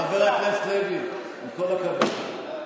זה כולה קשקוש.